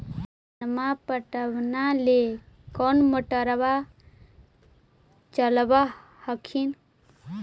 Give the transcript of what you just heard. धनमा पटबनमा ले कौन मोटरबा चलाबा हखिन?